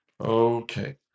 Okay